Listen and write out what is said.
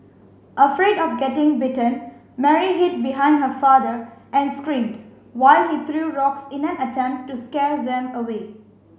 afraid of getting bitten Mary hid behind her father and screamed while he threw rocks in an attempt to scare them away